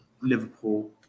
Liverpool